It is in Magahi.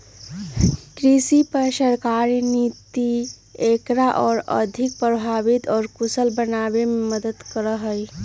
कृषि पर सरकारी नीति एकरा और अधिक प्रभावी और कुशल बनावे में मदद करा हई